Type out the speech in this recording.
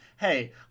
Hey